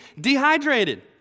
dehydrated